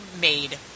made